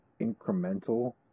incremental